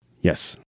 Yes